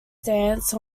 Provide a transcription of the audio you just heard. stance